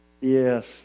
Yes